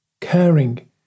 caring